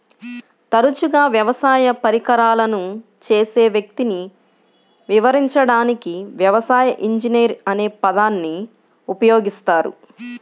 తరచుగా వ్యవసాయ పరికరాలను చేసే వ్యక్తిని వివరించడానికి వ్యవసాయ ఇంజనీర్ అనే పదాన్ని ఉపయోగిస్తారు